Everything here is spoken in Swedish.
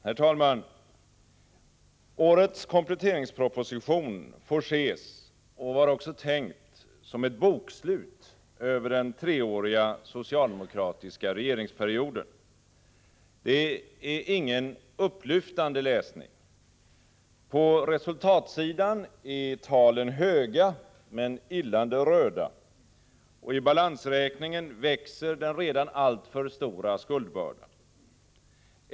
Herr talman! Årets kompletteringsproposition får ses — och var också tänkt — som ett bokslut över den treåriga socialdemokratiska regeringsperioden. Det är ingen upplyftande läsning. På resultatsidan är talen höga men illande röda, och i balansräkningen växer den redan alltför stora skuldbördan.